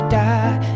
die